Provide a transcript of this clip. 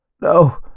No